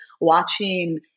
watching